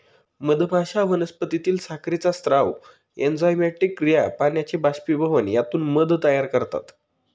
मधमाश्या वनस्पतीतील साखरेचा स्राव, एन्झाइमॅटिक क्रिया, पाण्याचे बाष्पीभवन यातून मध तयार करतात